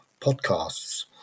podcasts